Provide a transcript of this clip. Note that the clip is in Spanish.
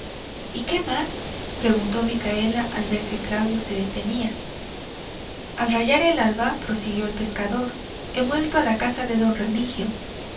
y qué más preguntó micaela al ver que claudio se detenía al rayar el alba prosiguió el pescador he vuelto a casa de don remigio